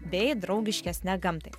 bei draugiškesne gamtai